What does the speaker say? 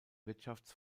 wirtschafts